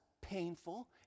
painful